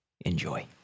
Enjoy